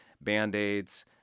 Band-Aids